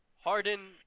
Harden